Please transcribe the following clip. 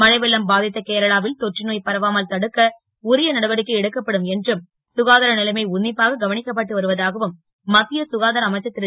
மழை வெள்ளம் பா த்த கேரளாவில் தொற்றுநோ பரவாமல் தடுக்க உரிய நடவடிக்கை எடுக்கப்படும் என்றும் சுகாதார லைமை உன் ப்பாக கவ க்கப்பட்டு வருவதாகவும் மத் ய சுகாதார அமைச்சர் ரு